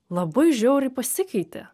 labai žiauriai pasikeitė